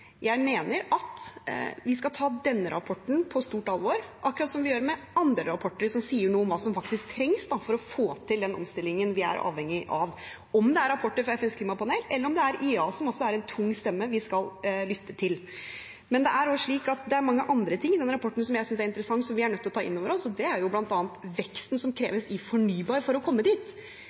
jeg mener at vi skal ta denne rapporten på stort alvor – akkurat som vi gjør med andre rapporter som sier noe om hva som faktisk trengs for å få til den omstillingen vi er avhengig av, om det er rapporter fra FNs klimapanel, eller om det er IEA, som også er en tung stemme vi skal lytte til. Men det er også mange andre ting i den rapporten jeg synes er interessant, og som vi er nødt til å ta inn over oss, bl.a. veksten som kreves i fornybar for å komme dit.